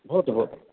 भवतु भवतु